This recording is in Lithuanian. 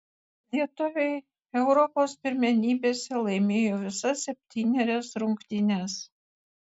lietuviai europos pirmenybėse laimėjo visas septynerias rungtynes